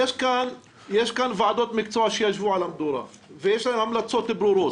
הניצחון הזה הוא שלהם לבד כי אם לא היה מאושר פה היום סל תרבות,